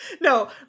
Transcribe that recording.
No